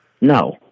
No